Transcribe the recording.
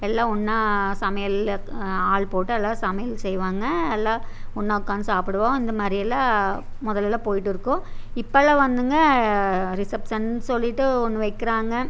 எல்லா ஒன்னாக சமையல் ஆள் போட்டு எல்லாம் சமையல் செய்வாங்க எல்லா ஒன்னாக உக்காந்து சாப்பிடுவோம் இந்தமாதிரி எல்லாம் முதல்லலாம் போயிட்டுருக்கும் இப்போலாம் வந்துங்க ரிசப்ஷன்னு சொல்லிவிட்டு ஒன்று வைக்கிறாங்க